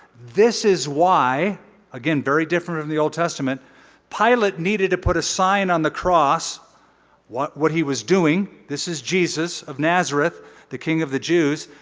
this is why again, very different from the old testament pilate needed to put a sign on the cross what what he was doing, this is jesus of nazareth the king of the jews,